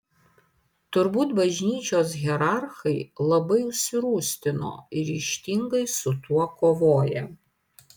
turbūt bažnyčios hierarchai labai užsirūstino ir ryžtingai su tuo kovoja